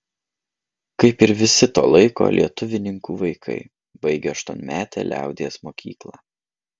kaip ir visi to laiko lietuvininkų vaikai baigė aštuonmetę liaudies mokyklą